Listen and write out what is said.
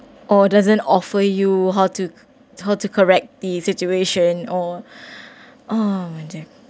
or doesn't offer you how to how to correct the situation or oh